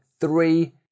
three